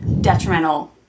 detrimental